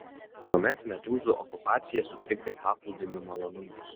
tuomet medūzų okupacija sutrikdė paplūdimio malonumus